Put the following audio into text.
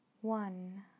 one